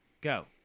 Go